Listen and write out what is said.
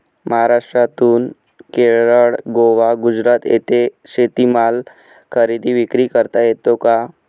महाराष्ट्रातून केरळ, गोवा, गुजरात येथे शेतीमाल खरेदी विक्री करता येतो का?